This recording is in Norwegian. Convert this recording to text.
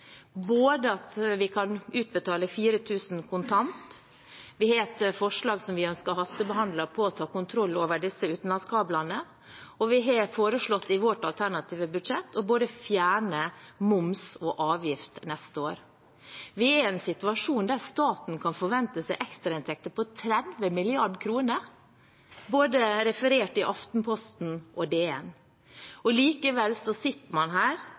både et forslag om at vi kan utbetale 4 000 kr kontant, vi har et forslag som vi ønsker å hastebehandle, om å ta kontroll over utenlandskablene, og vi har i vårt alternative budsjett foreslått å fjerne både moms og avgift neste år. Vi er i en situasjon der staten kan forvente ekstrainntekter på 30 mrd. kr – referert både i Aftenposten og i DN. Likevel sitter man her